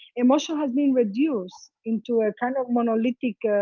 emotion has been reduced into a kind of monolithic,